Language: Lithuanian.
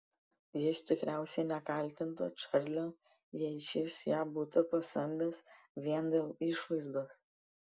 jis tikriausiai nekaltintų čarlio jei šis ją būtų pasamdęs vien dėl išvaizdos